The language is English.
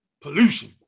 pollution